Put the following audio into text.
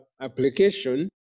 application